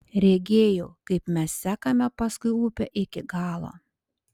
regėjau kaip mes sekame paskui upę iki galo